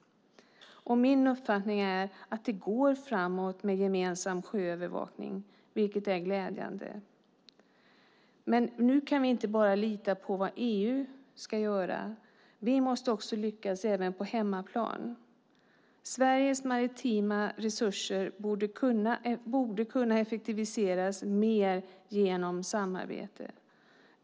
Det är min uppfattning att den gemensamma sjöövervakningen går framåt, vilket är glädjande. Men vi kan inte bara lita på det EU ska göra. Vi måste också lyckas på hemmaplan. Sveriges maritima resurser borde kunna effektiviseras mer genom samarbete.